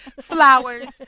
flowers